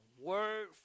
word